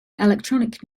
electronic